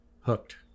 hooked